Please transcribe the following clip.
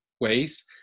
ways